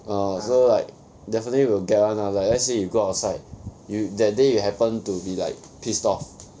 ah so like definitely will get one ah like let's say you go outside you that day you happen to be like pissed off